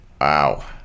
Wow